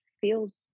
feels